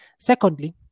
Secondly